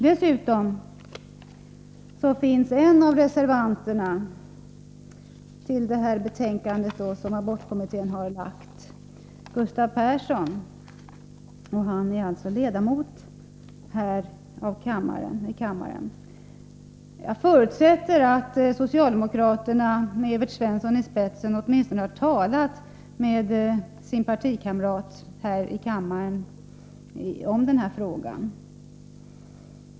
Dessutom är en av reservanterna till abortkommitténs betänkande, Gustav Persson, ledamot av kammaren. Jag förutsätter att socialdemokraterna i utskottet med Evert Svensson i spetsen åtminstone har talat med sin partikamrat här i kammaren om denna fråga.